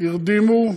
הרדימו,